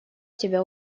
тебя